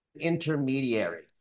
intermediary